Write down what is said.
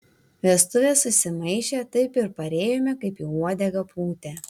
vestuvės susimaišė taip ir parėjome kaip į uodegą pūtę